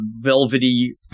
velvety